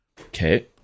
Okay